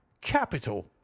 capital